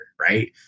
right